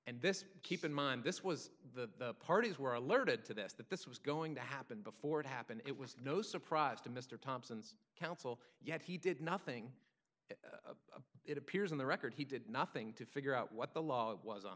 and this keep in mind this was the parties were alerted to this that this was going to happen before it happened it was no surprise to mr thompson's counsel yet he did nothing it appears on the record he did nothing to figure out what the law was on